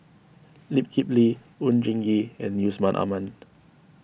Lee Kip Lee Oon Jin Gee and Yusman Aman